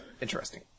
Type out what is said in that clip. interesting